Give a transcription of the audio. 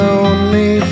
Lonely